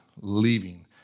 leaving